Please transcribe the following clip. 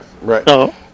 Right